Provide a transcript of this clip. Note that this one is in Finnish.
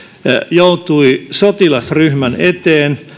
joutui sotilasryhmän eteen